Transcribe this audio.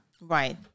Right